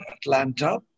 Atlanta